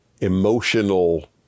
emotional